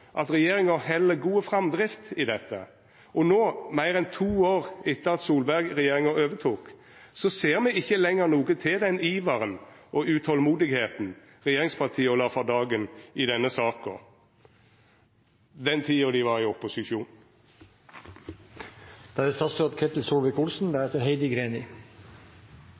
at regjeringa held god framdrift i dette. No, meir enn to år etter at Solberg-regjeringa overtok, ser me ikkje lenger noko til den iveren og det utolmodet regjeringspartia la for dagen i denne saka – den tida dei var i opposisjon. Det er